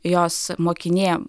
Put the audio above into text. jos mokinė